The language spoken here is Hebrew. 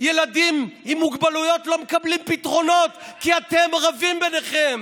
ילדים עם מוגבלויות לא מקבלים פתרונות כי אתם רבים ביניכם.